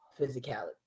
physicality